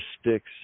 sticks